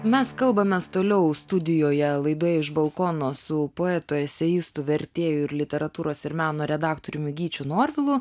mes kalbamės toliau studijoje laidoje iš balkono su poetu eseistu vertėju ir literatūros ir meno redaktoriumi gyčiu norvilu